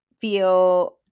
feel